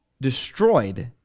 destroyed